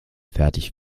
fertig